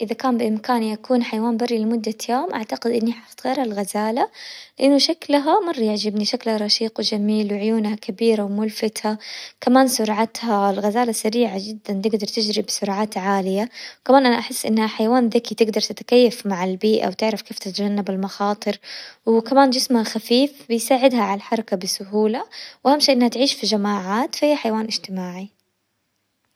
اذا كان بامكاني اكون حيوان بري لمدة يوم، اعتقد اني حكون الغزالة لانه شكلها مرة يعجبني، شكلها رشيق وجميل وعيونها كبيرة وملفته، كمان سرعتها، الغزالة سريعة جدا تقدر تجري بسرعات عالية، كمان انا احس انها حيوان ذكي، تقدر تتكيف عالبيئة وتعرف كيف تتجنب المخاطر، وكمان جسمها خفيف بيساعدها على الحركة بسهولة، واهم شي انها تعيش في جماعات، فهي حيوان اجتماعي.